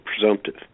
presumptive